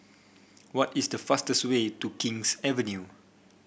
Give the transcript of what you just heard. what is the fastest way to King's Avenue